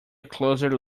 closer